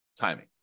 timing